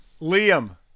Liam